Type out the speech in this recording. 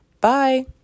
Bye